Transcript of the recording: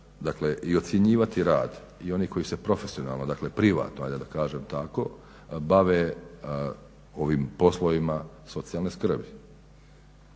dakle ocjenjivati rad i oni koji se profesionalno dakle privatno ajde da kažem tako bave ovim poslovima socijalne skrbi.